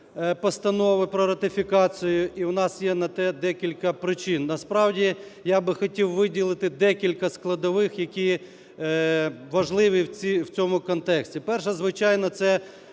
постанови про ратифікацію, і в нас є на те декілька причин. Насправді я би хотів виділити декілька складових, які важливі в цьому контексті. Перша, звичайно, це